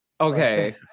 Okay